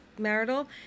marital